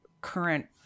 current